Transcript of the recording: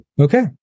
okay